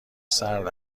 سرد